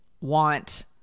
want